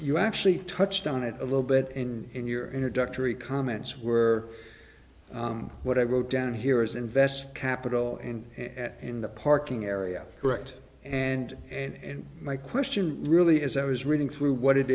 you actually touched on it a little bit and in your introductory comments were what i wrote down here is invest capital and in the parking area correct and and my question really is i was reading through what it